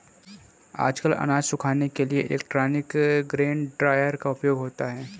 आजकल अनाज सुखाने के लिए इलेक्ट्रॉनिक ग्रेन ड्रॉयर का उपयोग होता है